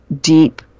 deep